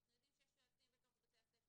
אנחנו יודעים שיש יועצים בתוך בתי הספר